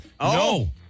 No